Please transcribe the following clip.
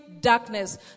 darkness